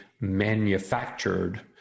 manufactured